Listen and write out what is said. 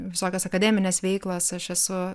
visokios akademinės veiklos aš esu